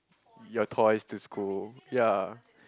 your toys to school ya